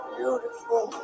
beautiful